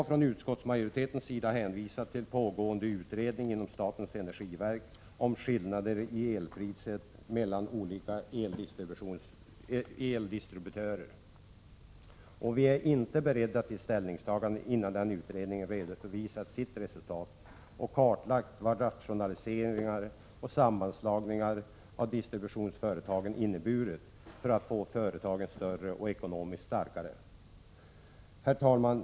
Från utskottsmajoritetens sida har vi hänvisat till pågående utredning inom statens energiverk om skillnader i elpris mellan olika eldistributörer. Vi är inte beredda till ställningstagande innan utredningen redovisat sitt resultat och kartlagt vad rationaliseringar och sammanslagningar av distributionsföretagen inneburit för att få företagen större och ekonomiskt starkare. Herr talman!